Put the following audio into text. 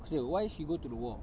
okay why she go to the war